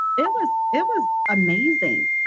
it was it was amazing.